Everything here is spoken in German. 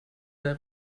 der